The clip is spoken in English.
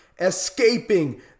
escaping